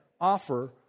offer